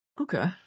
Okay